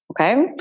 Okay